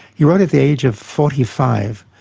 he wrote at the age of forty five,